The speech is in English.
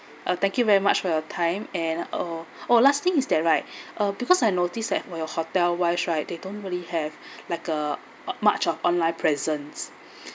uh thank you very much for your time and oh last thing is that right uh because I noticed that when your hotel wise right they don't really have like a much of online presence